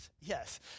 Yes